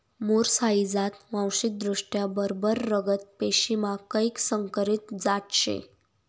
मुर्स हाई जात वांशिकदृष्ट्या बरबर रगत पेशीमा कैक संकरीत जात शे